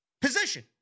position